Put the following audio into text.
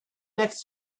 next